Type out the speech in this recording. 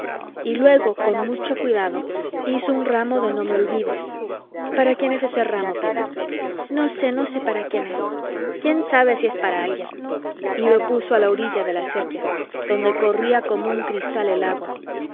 y luego con mucho cuidado hizo un ramo de nomeolvides para quién es ese ramo piedad no sé no sé para quién es quién sabe si es para alguien y lo puso a la orilla de la acequia donde corría como un cristal el agua